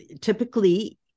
typically